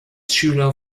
schüler